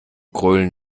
grölen